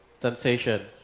temptation